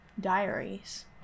diaries